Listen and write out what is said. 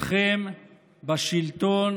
אתכם בשלטון